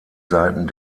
seiten